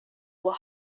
were